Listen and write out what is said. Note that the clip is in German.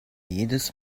jedes